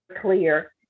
clear